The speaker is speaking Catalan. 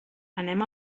anem